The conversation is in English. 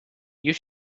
you